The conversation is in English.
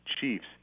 Chiefs